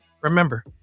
Remember